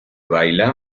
baila